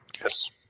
Yes